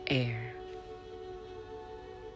air